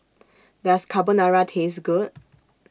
Does Carbonara Taste Good